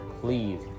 Please